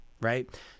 right